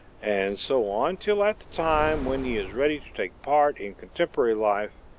and so on till at the time when he is ready to take part in contemporary life,